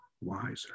wiser